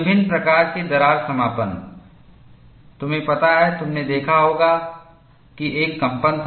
विभिन्न प्रकार के दरार समापन तुम्हें पता है तुमने देखा होगा कि एक कंपन था